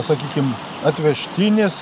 sakykim atvežtinis